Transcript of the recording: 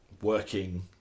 working